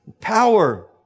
power